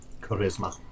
Charisma